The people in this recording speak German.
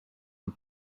und